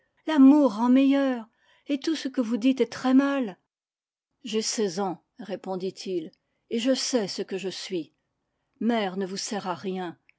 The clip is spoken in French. l'amour rend meilleur et tout ce que vous dites est très mal j'ai seize ans répondit-il et je sais ce que je suis mère ne vous sert à rien